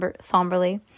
somberly